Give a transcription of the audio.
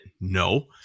No